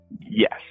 Yes